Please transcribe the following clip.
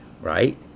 right